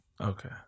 Okay